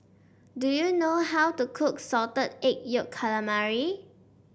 do you know how to cook Salted Egg Yolk Calamari